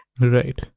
Right